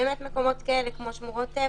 מקומות כאלה כמו שמורות טבע,